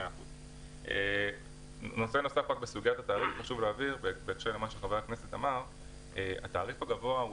נושא נוסף: חשוב להבהיר שהתעריף הגבוה הוא